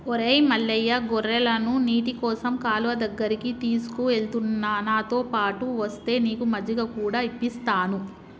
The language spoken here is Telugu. ఒరై మల్లయ్య గొర్రెలను నీటికోసం కాలువ దగ్గరికి తీసుకుఎలుతున్న నాతోపాటు ఒస్తే నీకు మజ్జిగ కూడా ఇప్పిస్తాను